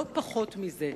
לא פחות מזה.